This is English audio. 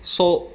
so